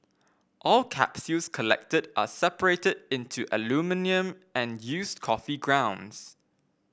all capsules collected are separated into aluminium and used coffee grounds